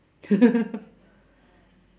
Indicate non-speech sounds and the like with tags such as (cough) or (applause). (laughs)